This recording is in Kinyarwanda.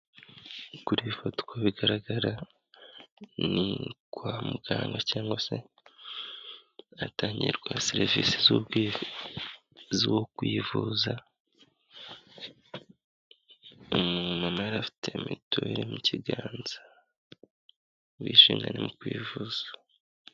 Kuri iyi foto uko bigaragara ni kwa muganga cyangwa se ahatangirwa serivisi zo kwivuza, umumama yari afite mituweli mu kiganza, ubwisunganye mu kwivuza.